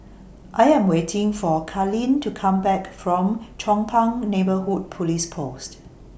I Am waiting For Karlene to Come Back from Chong Pang Neighbourhood Police Post